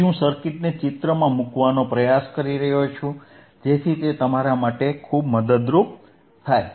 તેથી જ હું સર્કિટને ચિત્રમાં મૂકવાનો પ્રયાસ કરી રહ્યો છું જેથી તે તમારા માટે મદદરૂપ થાય